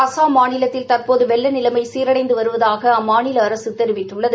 அஸ்ஸாம் மாநிலத்தில் தற்போது வெள்ள நிலைமை சீரடைந்து வருவதாக அம்மாநில அரசு தெரிவித்துள்ளது